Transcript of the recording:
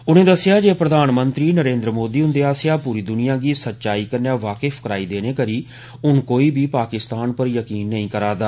उनें दस्सेआ जे प्रधानमंत्री नरेंद्र मोदी हुंदे आस्सेआ पूरी दुनिया गी सच्चाई कन्नै वाकिफ कराई देने करी हुन कोई बी पाकिस्तान पर यकीन नेईं करा'रदा